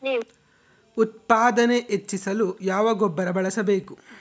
ಉತ್ಪಾದನೆ ಹೆಚ್ಚಿಸಲು ಯಾವ ಗೊಬ್ಬರ ಬಳಸಬೇಕು?